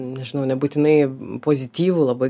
nežinau nebūtinai pozityvų labai